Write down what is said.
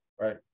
right